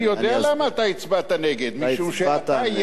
אני יודע למה אתה הצבעת נגד: משום שאתה,